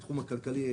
בתחום הכלכלי,